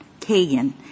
Kagan